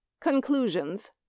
CONCLUSIONS